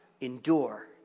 endure